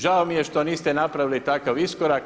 Žao mi je što niste napravili takav iskorak.